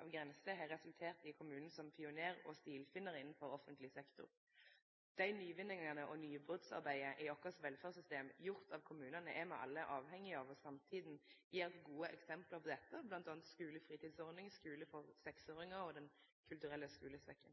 av grenser har resultert i kommunen som pioner og stigfinnar innanfor offentleg sektor. Dei nyvinningane og det nybrottsarbeidet i vårt velferdssystem som er gjorde av kommunane, er me alle avhengige av. Samtida gjev oss gode eksempel på dette, bl.a. skulefritidsordning, skule for seksåringar og